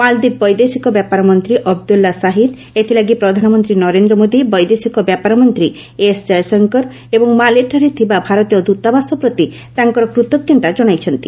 ମାଳଦ୍ୱୀପ ବୈଦେଶିକ ବ୍ୟାପାର ମନ୍ତ୍ରୀ ଅବଦୁଲ୍ଲା ସାହିଦ୍ ଏଥିଲାଗି ପ୍ରଧାନମନ୍ତ୍ରୀ ନରେନ୍ଦ୍ର ମୋଦି ବୈଦେଶିକ ବ୍ୟାପାର ମନ୍ତ୍ରୀ ଏସ୍ ଜୟଶଙ୍କର ଏବଂ ମାଲେଠାରେ ଥିବା ଭାରତୀୟ ଦ୍ଦତାବାସ ପ୍ରତି ତାଙ୍କର କୃତଜ୍ଞତା ଜଣାଇଛନ୍ତି